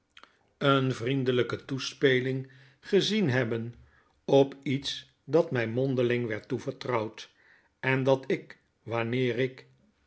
een vriendelpe toespeling gezienhebben op iets dat my mondeling werd toevertrouwd en dat ik wanneer ik